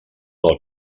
del